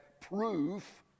proof